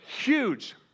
huge